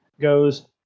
goes